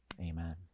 Amen